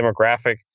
demographic